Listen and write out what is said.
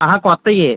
కొత్తవి